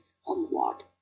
homeward